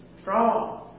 strong